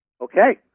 Okay